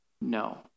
No